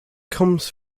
comes